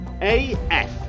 AF